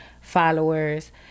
followers